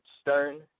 Stern